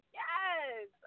yes